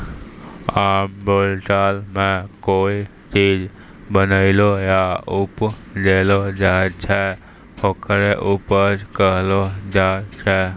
आम बोलचाल मॅ कोय चीज बनैलो या उपजैलो जाय छै, होकरे उपज कहलो जाय छै